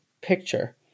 picture